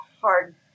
hard